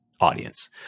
audience